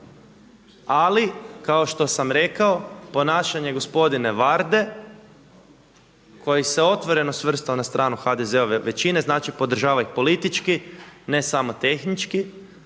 Ali kao što sam rekao ponašanje gospodina Varde koji se otvoreno svrstao na stranu HDZ-ove većine, znači podržava ih politički ne samo tehnički.